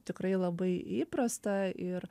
tikrai labai įprasta ir